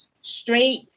straight